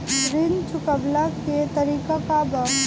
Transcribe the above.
ऋण चुकव्ला के तरीका का बा?